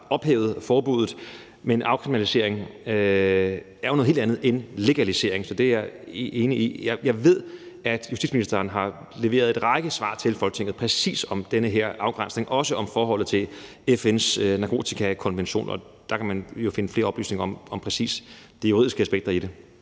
ophævet forbuddet. Afkriminalisering er jo noget helt andet end legalisering, det er jeg enig i. Jeg ved, at justitsministeren har leveret en række svar til Folketinget om præcis den her afgrænsning, også om forholdet til FN's narkotikakonvention, og der kan man jo finde flere oplysninger om præcis de juridiske aspekter i det.